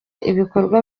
ibikorwa